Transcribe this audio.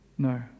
No